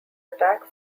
attack